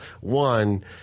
One